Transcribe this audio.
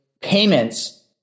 payments